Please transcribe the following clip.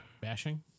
bashing